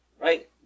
right